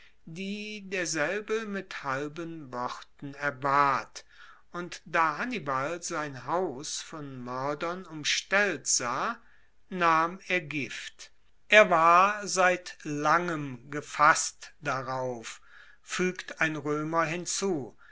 die derselbe mit halben worten erbat und da hannibal sein haus von moerdern umstellt sah nahm er gift er war seit langem gefasst darauf fuegt ein roemer hinzu